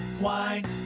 Wine